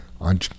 on